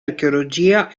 archeologia